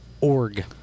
Org